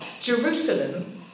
Jerusalem